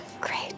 great